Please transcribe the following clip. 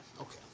okay